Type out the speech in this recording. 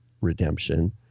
redemption